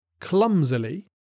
clumsily